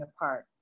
apart